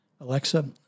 Alexa